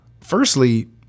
Firstly